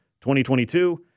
2022